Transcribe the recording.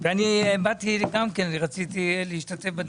רציתי להשתתף בדיון.